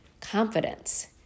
confidence